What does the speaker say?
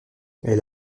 elle